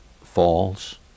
falls